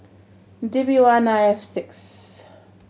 D B one I F six